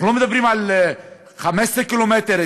אנחנו לא מדברים על 15 קילומטר,